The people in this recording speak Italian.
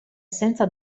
senza